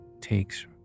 takes